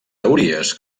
teories